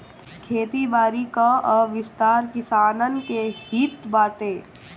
खेती बारी कअ विस्तार किसानन के हित में बाटे